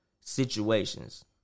situations